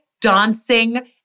dancing